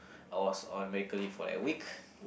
I was on medical leave for like a week